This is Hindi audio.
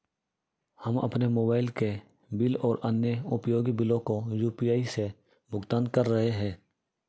हम अपने मोबाइल के बिल और अन्य उपयोगी बिलों को यू.पी.आई से भुगतान कर रहे हैं